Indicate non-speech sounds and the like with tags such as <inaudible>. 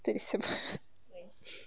twenty seven <laughs>